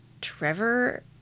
Trevor